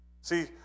See